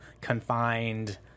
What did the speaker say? confined